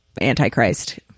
Antichrist